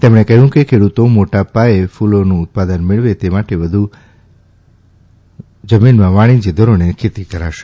તેમણે કહ્યું કે ખેડૂતો મોટા પાયે કૂલોનું ઉત્પાદન મેળવે તે માટે વધુ જમીનમાં વાણિજ્ય ધોરણે ખેતી કરાશે